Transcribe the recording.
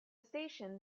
station